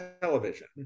television